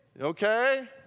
Okay